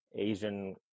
Asian